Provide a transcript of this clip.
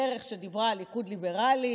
הדרך שדיברה על ליכוד ליברלי,